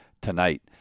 tonight